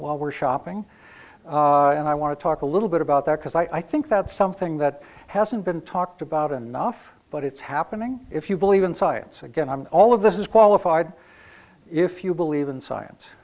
while we're shopping and i want to talk a little bit about that because i think that's something that hasn't been talked about enough but it's happening if you believe in science again i'm all of this is qualified if you believe in science